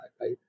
right